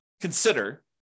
consider